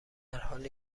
حالی